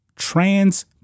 Trans